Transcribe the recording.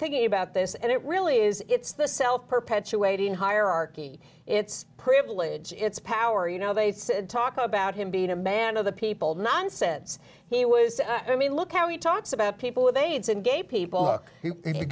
thinking about this and it really is it's the self perpetuating hierarchy it's privilege it's power you know they said talk about him being a man of the people nonsense he was i mean look how he talks about people with aids and gay people